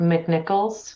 McNichols